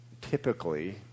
typically